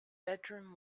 bedroom